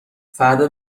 فردا